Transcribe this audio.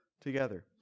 together